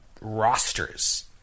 rosters